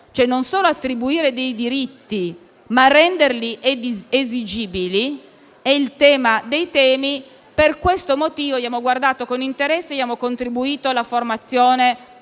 non solo attribuire diritti, ma renderli esigibili è il tema dei temi. Per questo motivo abbiamo guardato con interesse e abbiamo contribuito alla formazione